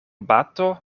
bato